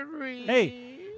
Hey